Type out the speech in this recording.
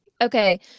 Okay